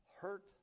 hurt